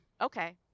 Okay